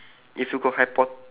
if you could hypot~